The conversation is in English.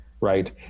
right